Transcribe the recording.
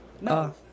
No